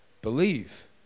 Believe